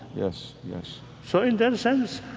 yes, yes so in that sense,